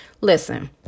Listen